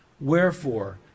wherefore